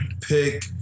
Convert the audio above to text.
pick